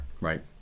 Right